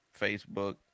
Facebook